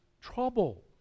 trouble